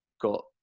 got